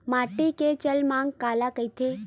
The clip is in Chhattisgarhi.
माटी के जलमांग काला कइथे?